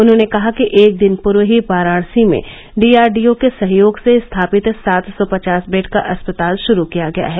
उन्होंने कहा कि एक दिन पूर्व ही वाराणसी में डीआरडीओ के सहयोग से स्थापित सात सौ पचास बेड का अस्पताल शुरू किया गया है